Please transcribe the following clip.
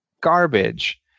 garbage